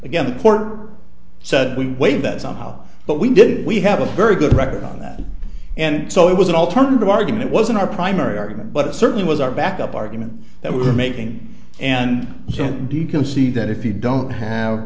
again the court said we waive that somehow but we did we have a very good record on that and so it was an alternative argument was in our primary argument but it certainly was our backup argument that we were making and shouldn't do you can see that if you don't have